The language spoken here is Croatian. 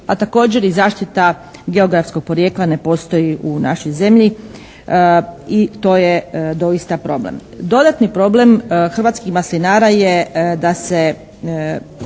a također i zaštita geografskog porijekla ne postoji u našoj zemlji i to je doista problem. Dodatni problem hrvatskih maslinara je da sa